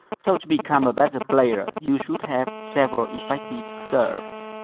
so to become a better player, you should have several effective serves.